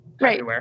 Right